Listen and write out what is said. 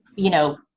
you know,